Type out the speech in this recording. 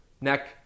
neck